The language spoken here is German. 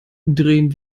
drehen